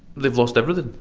they've lost everything.